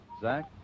Zach